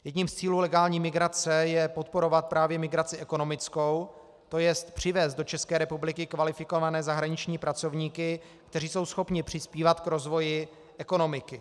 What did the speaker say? Jedním z cílů legální migrace je podporovat právě migraci ekonomickou, tj. přivést do České republiky kvalifikované zahraniční pracovníky, kteří jsou schopni přispívat k rozvoji ekonomiky.